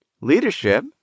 leadership